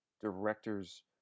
directors